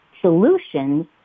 solutions